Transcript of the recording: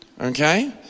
Okay